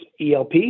ELP